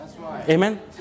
Amen